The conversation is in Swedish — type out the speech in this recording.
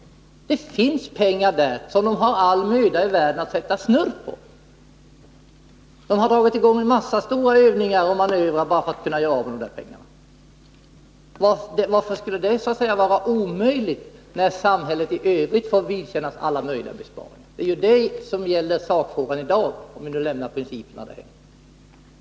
Det finns pengar där som man har all möda i världen att sätta snurr på. Man har dragit i gång en massa stora övningar och manövrar bara för att kunna göra av med de här pengarna. Varför skulle besparingar på detta område vara omöjliga när samhället i övrigt får vidkännas alla möjliga besparingar? Det är detta som sakfrågan gäller i dag, om vi nu lämnar principerna därhän.